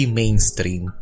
mainstream